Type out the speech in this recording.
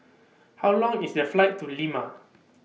How Long IS The Flight to Lima